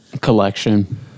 Collection